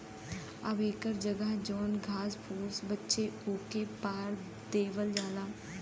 अब एकर जगह जौन घास फुस बचे ओके बार देवल जाला